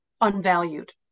unvalued